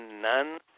none